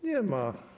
Nie ma.